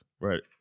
right